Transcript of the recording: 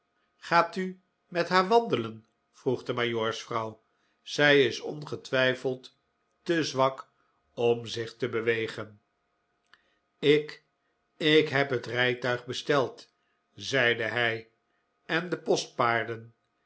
gaat u met haar wandelen vroeg de majoorsvrouw zij is ongetwijfeld te zwak om zich te bewegen ik ik heb het rijtuig besteld zeide hij en de